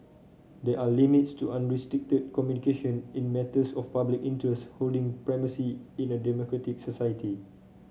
there are limits to unrestricted communication in matters of public interest holding primacy in a democratic society